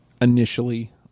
initially